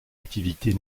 activités